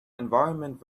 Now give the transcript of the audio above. environment